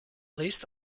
list